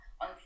on